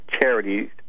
charities